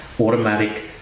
Automatic